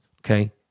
okay